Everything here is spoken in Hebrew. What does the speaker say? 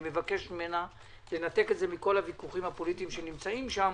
מבקש ממנה לנתק את זה מכל הוויכוחים הפוליטיים שיש שם,